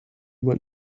went